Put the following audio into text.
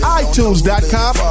iTunes.com